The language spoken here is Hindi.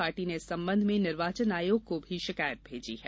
पार्टी ने इस संबंध में निर्वाचन आयोग को भी शिकायत भेजी है